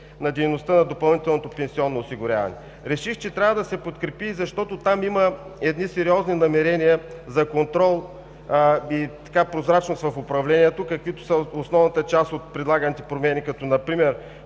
на дейността на допълнителното пенсионно осигуряване. Реших, че трябва да се подкрепи, защото там има сериозни намерения за контрол и прозрачност в управлението, каквито са основната част от предлаганите промени, като например: